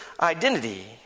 identity